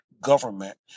government